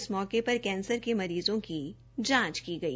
इस मौके पर कैंसर के मरीजों की जांच की गई